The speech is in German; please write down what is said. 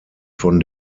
von